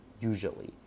usually